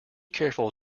careful